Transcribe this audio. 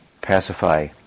pacify